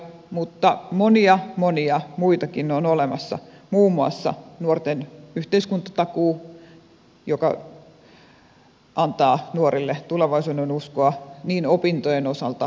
mutta monia monia muitakin on olemassa muun muassa nuorten yhteiskuntatakuu joka antaa nuorille tulevaisuudenuskoa niin opintojen osalta kuin koulutuksen osalta